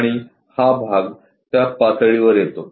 आणि हा भाग त्या पातळीवर येतो